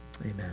Amen